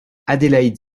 adélaïde